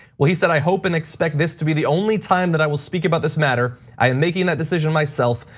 well he said, i hope and expect this to be the only time that i will speak about this matter. i am making that decision myself,